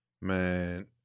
man